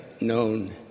known